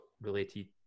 related